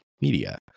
media